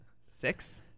Six